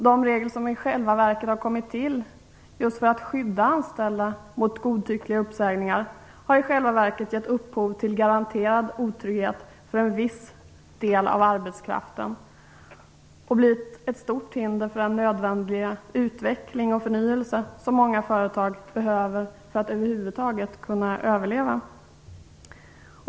De regler som i själva verket har kommit till just för att skydda anställda mot godtyckliga uppsägningar har i stället gett upphov till garanterad otrygghet för en viss del av arbetskraften. De har blivit ett stort hinder för den nödvändiga utveckling och förnyelse som många företag behöver för att över huvud taget kunna överleva.